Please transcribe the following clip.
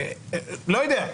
לא יודע.